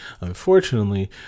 Unfortunately